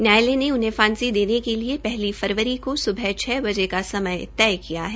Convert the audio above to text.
न्यायालय ने उन्हें फांसी देने के लिए पहली फरवरी को सुबह छ बजे का समय तय किया है